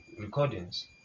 recordings